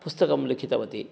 पुस्तकं लिखितवती